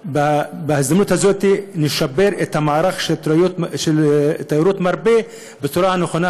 ובהזדמנות הזאת נשפר את המערך של תיירות המרפא בצורה הנכונה,